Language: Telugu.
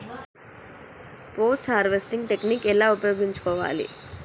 పోస్ట్ హార్వెస్టింగ్ టెక్నిక్ ఎలా ఉపయోగించుకోవాలి?